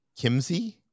kimsey